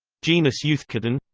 genus euthecodon